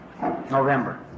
November